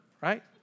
right